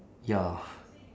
ya